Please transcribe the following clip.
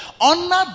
honor